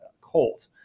Colt